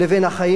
דברי החולין,